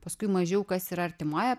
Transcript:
paskui mažiau kas yra artimoje